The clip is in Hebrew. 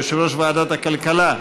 יושב-ראש ועדת הכלכלה,